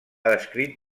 escrit